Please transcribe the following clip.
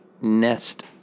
nest